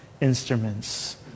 instruments